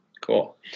Cool